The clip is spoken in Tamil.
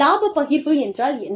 லாபப் பகிர்வு என்றால் என்ன